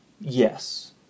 yes